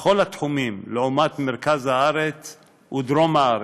בכל התחומים לעומת מרכז הארץ ודרום הארץ.